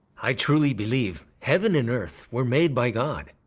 i truly believe heaven and earth were made by god.